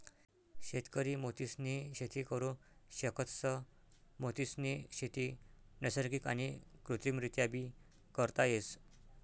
शेतकरी मोतीसनी शेती करु शकतस, मोतीसनी शेती नैसर्गिक आणि कृत्रिमरीत्याबी करता येस